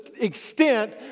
extent